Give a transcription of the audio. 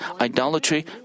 idolatry